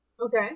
Okay